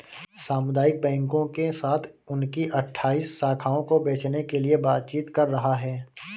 सामुदायिक बैंकों के साथ उनकी अठ्ठाइस शाखाओं को बेचने के लिए बातचीत कर रहा है